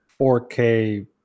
4K